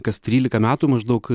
kas trylika metų maždaug